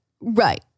Right